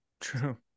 True